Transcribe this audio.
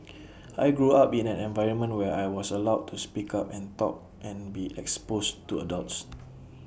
I grew up in an environment where I was allowed to speak up and talk and be exposed to adults